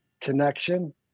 connection